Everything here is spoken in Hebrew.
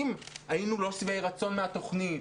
אם היינו לא שבעי רצון מן התוכנית,